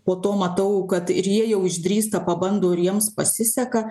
po to matau kad ir jie jau išdrįsta pabando ir jiems pasiseka